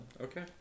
Okay